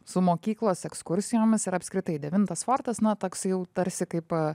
su mokyklos ekskursijomis ir apskritai devintas fortas na toks jau tarsi kaip